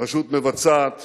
רשות מבצעת